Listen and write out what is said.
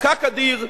פקק אדיר,